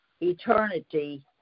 eternity